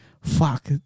fuck